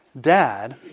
dad